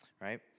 right